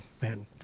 man